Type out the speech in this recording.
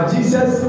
Jesus